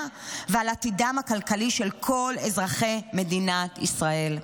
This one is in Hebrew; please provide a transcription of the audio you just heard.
ועל עתידם הכלכלי של כל אזרחי מדינת ישראל.